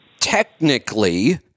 technically